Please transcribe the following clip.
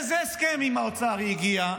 לאיזה הסכם עם האוצר היא הגיעה,